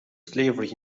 slavery